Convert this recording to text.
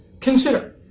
consider